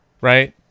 right